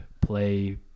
play